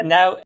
Now